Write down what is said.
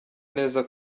neza